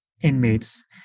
inmates